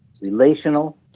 Relational